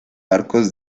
arcos